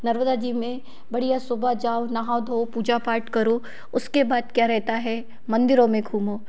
नर्मदा जी में बढ़िया सुबह जाओ नहाओ धो पूजा पाठ करो उसके बाद क्या रहता है मंदिरों में घूमो